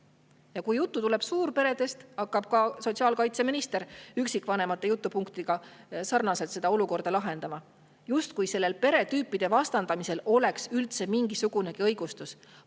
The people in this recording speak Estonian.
Ja kui juttu tuleb suurperedest, hakkab ka sotsiaalkaitseminister üksikvanemate jutupunktiga seda olukorda lahendama, justkui sellel peretüüpide vastandamisel oleks üldse mingisugune õigustus.